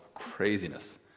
Craziness